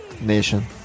Nation